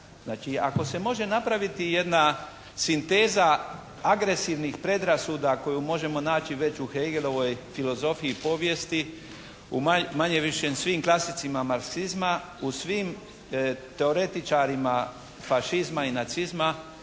Znači ako se može napraviti jedna sinteza agresivnih predrasuda koju možemo naći već u Hegelovoj filozofiji povijesti u manje-više svim klasicima marksizma, u svim teoretičarima fašizma i nacizma,